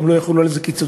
גם לא יחולו על זה קיצוצים,